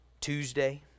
Tuesday